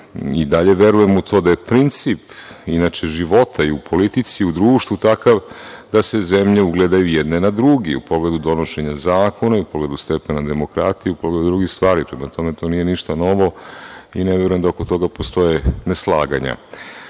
i dalje verujem u to da je princip inače života i u politici i u društvu takav da se zemlje ugledaju jedna na drugu, u pogledu donošenja zakona, u pogledu stepena demokratije, u pogledu drugih stvari. Prema tome, to nije ništa novo i ne verujem da oko toga postoje neslaganja.U